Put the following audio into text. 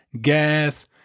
gas